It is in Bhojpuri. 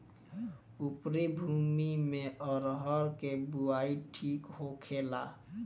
उपरी भूमी में अरहर के बुआई ठीक होखेला?